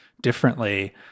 differently